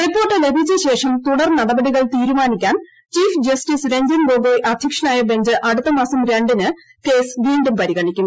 report ലഭീച്ചശേഷം തുടർനടപടികൾ തീരുമാനിക്കാൻ ചീഫ് ജസ്റ്റിസ് രഞ്ജൻ ഗൊഗോയ് അധ്യക്ഷനായ ബെഞ്ച് അടുത്തമാസം രണ്ടിന് കേസ് വീണ്ടും പരിഗണിക്കും